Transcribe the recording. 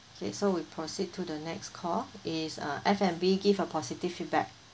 okay so we proceed to the next call is uh F&B give a positive feedback